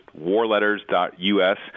warletters.us